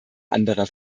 anderer